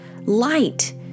light